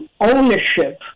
ownership